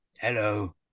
hello